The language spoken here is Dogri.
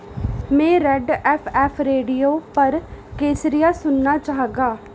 में रैड एफ एफ रेडियो पर केसरिया सुनना चाह्गा